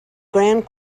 grand